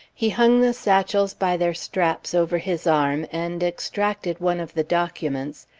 he hung the satchels by their straps over his arm and extracted one of the documents,